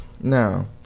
Now